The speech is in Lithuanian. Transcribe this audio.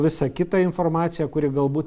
visą kitą informaciją kuri galbūt